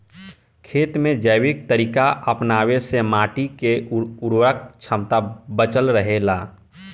खेत में जैविक तरीका अपनावे से माटी के उर्वरक क्षमता बचल रहे ला